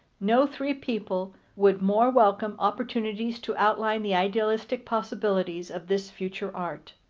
no three people would more welcome opportunities to outline the idealistic possibilities of this future art.